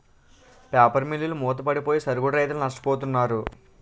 paper మిల్లులు మూతపడిపోయి సరుగుడు రైతులు నష్టపోతున్నారు